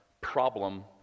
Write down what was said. problem